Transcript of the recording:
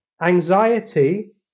Anxiety